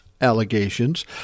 allegations